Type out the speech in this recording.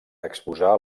exposar